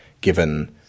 given